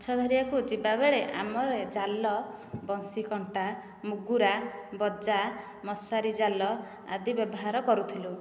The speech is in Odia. ମାଛ ଧରିବାକୁ ଯିବାବେଳେ ଆମର ଜାଲ ବଂଶିକଣ୍ଟା ମୁଗୁରା ବଜା ମଶାରୀ ଜାଲ ଆଦି ବ୍ୟବହାର କରୁଥିଲୁ